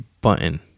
button